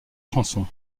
chanson